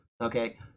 Okay